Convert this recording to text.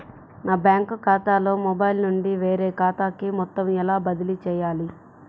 నా బ్యాంక్ ఖాతాలో మొబైల్ నుండి వేరే ఖాతాకి మొత్తం ఎలా బదిలీ చేయాలి?